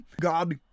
God